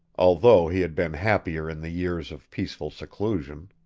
although he had been happier in the years of peaceful seclusion.